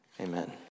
amen